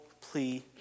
plea